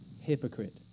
Hypocrite